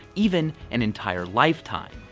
even an entire lifetime.